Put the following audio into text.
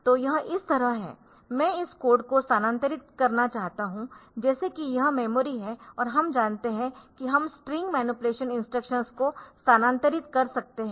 तो यह इस तरह है मैं इस कोड को स्थानांतरित करना चाहता हूं जैसे कि यह मेमोरी है और हम जानते है कि हम स्ट्रिंग मैनीपुलेशन इंस्ट्रक्शंस को स्थानांतरित कर सकते है